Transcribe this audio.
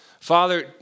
Father